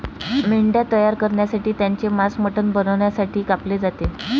मेंढ्या तयार करण्यासाठी त्यांचे मांस मटण बनवण्यासाठी कापले जाते